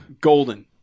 golden